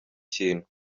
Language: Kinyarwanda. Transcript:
kintu